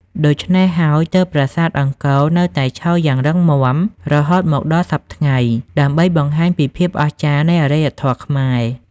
ដូច្នេះហើយ ទើបប្រាសាទអង្គរនៅតែឈរយ៉ាងរឹងមាំរហូតមកដល់សព្វថ្ងៃ ដើម្បីបង្ហាញពីភាពអស្ចារ្យនៃអរិយធម៌ខ្មែរ។